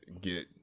get